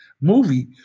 movie